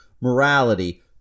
morality